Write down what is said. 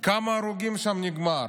בכמה הרוגים שם זה נגמר.